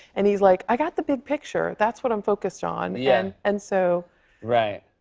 and he's like, i got the big picture. that's what i'm focused on. yeah and and so right.